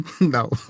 No